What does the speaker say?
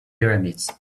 pyramids